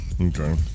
Okay